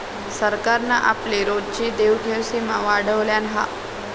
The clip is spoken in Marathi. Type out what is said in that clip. सरकारान आपली रोजची देवघेव सीमा वाढयल्यान हा